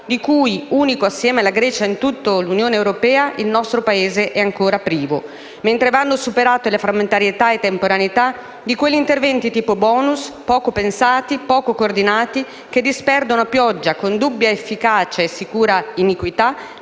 di cui, unico assieme alla Grecia in tutta l'Unione europea, il nostro Paese è ancora privo. Vanno invece superate la frammentarietà e temporaneità di interventi come i *bonus*, poco pensati, poco coordinati, che disperdono a pioggia, con dubbia efficacia e sicura iniquità,